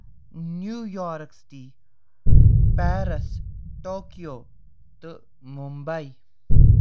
New York city Paris Tokyo تہٕ مُمبے